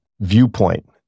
viewpoint